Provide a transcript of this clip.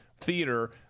Theater